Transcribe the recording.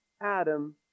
Adam